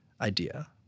idea